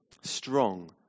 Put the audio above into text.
Strong